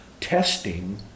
testing